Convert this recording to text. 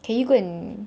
can you go and